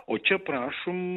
o čia prašom